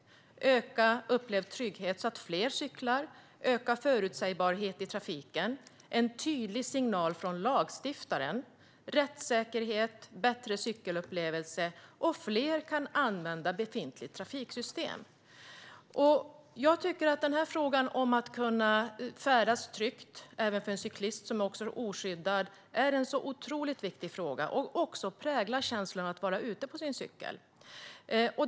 Öka upplevd trygghet så att fler cyklar. Öka förutsägbarhet i trafiken. En tydlig signal från lagstiftaren. Rättssäkerhet. Bättre cykelupplevelse. Fler kan använda befintligt trafiksystem. Frågan om att kunna färdas tryggt även för en cyklist som är oskyddad är en otroligt viktig fråga. Den präglar också känslan av att vara ute på sin cykel.